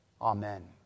Amen